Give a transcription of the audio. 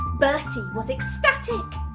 bertie was ecstatic.